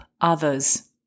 others